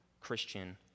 Christian